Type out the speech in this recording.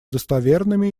достоверными